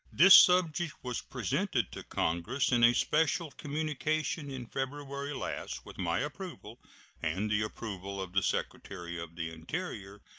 this subject was presented to congress in a special communication in february last, with my approval and the approval of the secretary of the interior,